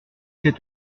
c’est